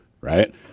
right